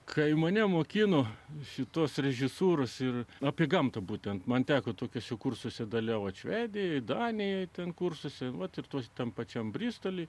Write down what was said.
kai mane mokino šitos režisūros ir apie gamtą būtent man teko tokiuose kursuose dalyvavo švedijoje danijoje ten kursuose mat ir tos tam pačiam bristolyje